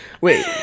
Wait